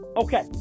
Okay